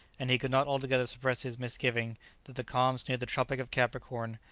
and he could not altogether suppress his misgiving that the calms near the tropic of capricorn,